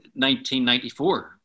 1994